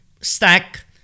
Stack